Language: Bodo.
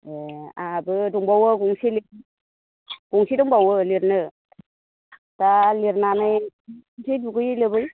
ए आङाबो दंबावो गंसे लिर गंसे दंबावो लिरनो दा लिरनानै थांसै दुगैयै लोबै